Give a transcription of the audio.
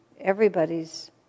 everybody's